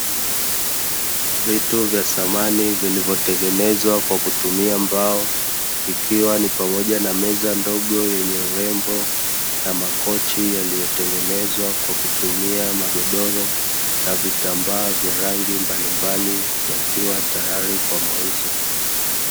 Vituo vya samani vilivyotengenezwa kwa kutumia mbao, ikiwa ni pamoja na meza ndogo yenye urembo na makochi yaliyotengenezwa kwa kutumia magodoro na vitambaa vya rangi mbalimbali, yakiwa tayari kwa mauzo.